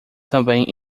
também